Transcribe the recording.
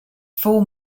four